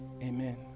amen